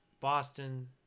Boston